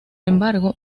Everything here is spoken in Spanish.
embargo